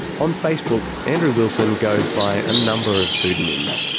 on facebook, andrew wilson goes by a number of pseudonyms.